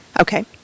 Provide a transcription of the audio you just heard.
Okay